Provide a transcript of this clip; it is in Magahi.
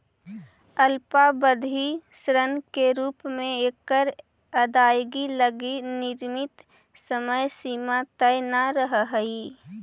अल्पावधि ऋण के रूप में एकर अदायगी लगी निश्चित समय सीमा तय न रहऽ हइ